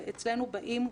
אצלנו באים כולם,